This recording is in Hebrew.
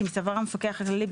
אם סבר המפקח הכללי,